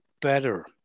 better